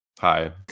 Hi